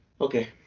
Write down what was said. Okay